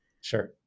Sure